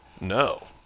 No